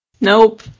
Nope